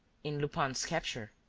in lupin's capture.